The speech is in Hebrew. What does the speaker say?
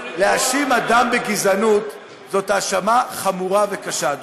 להאשים אדם בגזענות זאת האשמה חמורה וקשה,